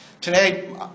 Today